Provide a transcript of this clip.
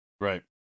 Right